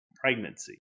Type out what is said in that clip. pregnancy